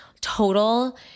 total